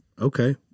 okay